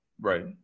Right